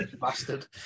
bastard